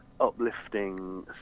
uplifting